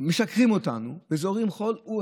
משקרים אותנו וזורים חול.